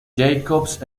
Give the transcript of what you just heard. jacobs